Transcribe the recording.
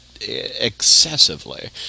excessively